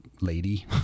lady